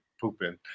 pooping